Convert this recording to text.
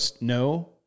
no